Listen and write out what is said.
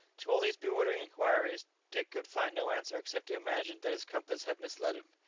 to all these bewildering inquiries dick could find no answer except to imagine that his compass had misled him.